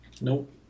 nope